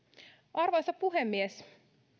arvoisa puhemies